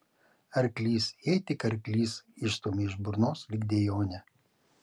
arklys jai tik arklys išstūmė iš burnos lyg dejonę